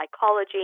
psychology